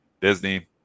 Disney